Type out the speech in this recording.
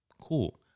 cool